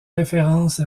référence